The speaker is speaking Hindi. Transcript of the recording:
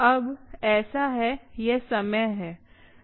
अब ऐसा है यह समय है